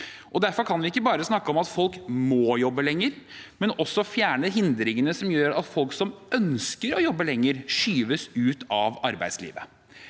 Derfor kan vi ikke bare snakke om at folk må jobbe lenger, men også fjerne hindringene som gjør at folk som ønsker å jobbe lenger, skyves ut av arbeidslivet.